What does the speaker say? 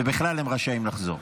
ובכלל, הם רשאים לחזור.